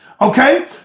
Okay